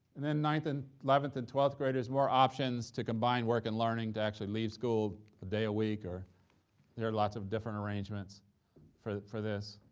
and then ninth and eleventh, and twelfth graders, more options to combine work and learning to actually leave school a day a week, or there are lots of different arrangements for for this.